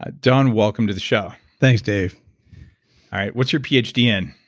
ah don, welcome to the show thanks dave what's your phd in?